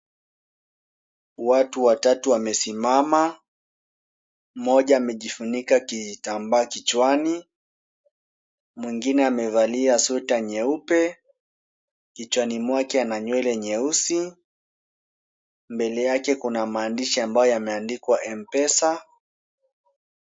Watu watatu wamesimama, mmoja amejifunika kijitambaa kichwani, mwingine amevalia sweta nyeupe, kichwani mwake ana nywele nyeusi, mbele yake kuna maandishi ambayo yameandikwa M-Pesa,